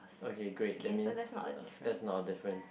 okay great that means that's not a difference